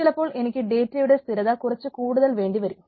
ചിലപ്പോൾ എനിക്ക് ഡേറ്റയുടെ സ്ഥിരത കുറച്ചു കൂടുതൽ വേണ്ടി വരും